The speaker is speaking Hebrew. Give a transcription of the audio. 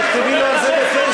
תכתבי לו על זה בפייסבוק,